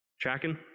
Tracking